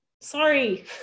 sorry